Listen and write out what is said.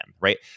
right